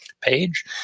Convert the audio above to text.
page